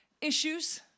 issues